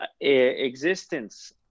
existence